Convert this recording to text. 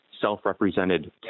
self-represented